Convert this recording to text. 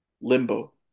limbo